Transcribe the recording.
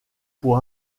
pour